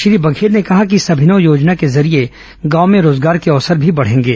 श्री बघेल ने कहा कि इस अभिनव योजना के जरिये गांव में रोजगार के अवसर भी बढेंगे